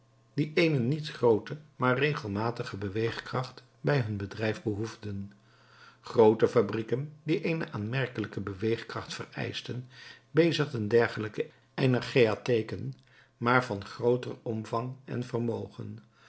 die eene niet groote maar regelmatige beweegkracht bij hun bedrijf behoefden groote fabrieken die eene aanmerkelijke beweegkracht vereischten bezigden dergelijke energeiatheken maar van grooteren omvang en vermogen